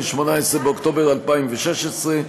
18 באוקטובר 2016,